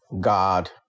God